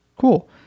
cool